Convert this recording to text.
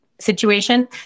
situation